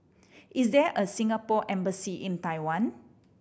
is there a Singapore Embassy in Taiwan